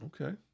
Okay